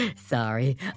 Sorry